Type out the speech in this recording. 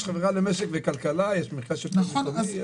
יש חברה למשק וכלכלה, יש מרכז שלטון מקומי.